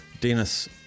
Dennis